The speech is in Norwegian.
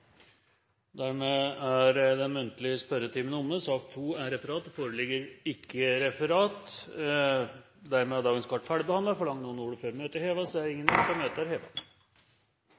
Dermed er den muntlige spørretimen omme. Det foreligger ikke noe referat. Dermed er dagens kart ferdigbehandlet. Forlanger noen ordet før møtet heves? – Møtet er